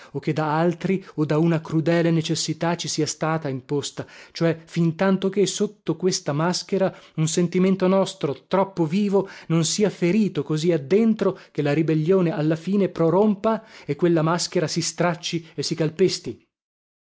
o che da altri o da una crudele necessità ci sia stata imposta cioè fintanto che sotto questa maschera un sentimento nostro troppo vivo non sia ferito così addentro che la ribellione alla fine prorompa e quella maschera si stracci e si calpesti